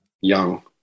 Young